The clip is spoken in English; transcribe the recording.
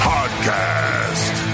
Podcast